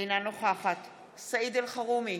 אינה נוכחת סעיד אלחרומי,